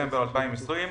בספטמבר 2020,